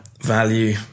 value